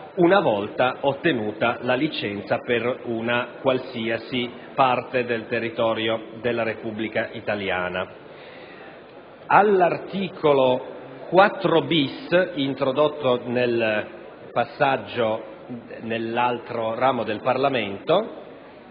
una volta ottenuta la licenza per una qualsiasi parte del territorio della Repubblica italiana. L'articolo 4-*bis*, introdotto nell'altro ramo del Parlamento,